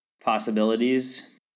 possibilities